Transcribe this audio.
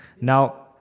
Now